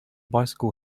bicycle